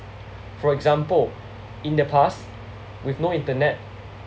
for example in the past with no internet